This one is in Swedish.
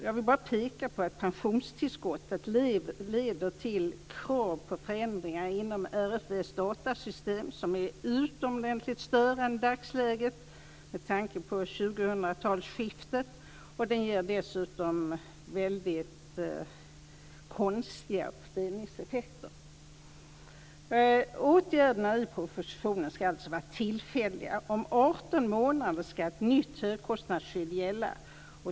Jag vill bara peka på att pensionstillskottet leder till krav på förändringar inom RFV:s datasystem som är utomordentligt störande i dagsläget, med tanke på 2000-talsskiftet. Det ger dessutom väldigt konstiga fördelningseffekter. Åtgärderna i propositionen skall alltså vara tillfälliga. Om 18 månader skall ett nytt högkostnadsskydd gälla.